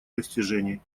достижений